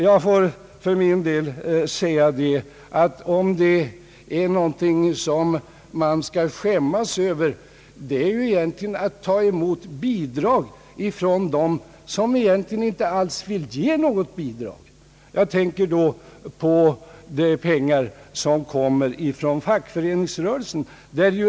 Jag får för min del säga att om det finns någonting att skämmas över så är det ju att ta emot bidrag från dem som egentligen inte alls vill ge något sådant. Jag tänker på de pengar som kommer från fackföreningsrörelsen.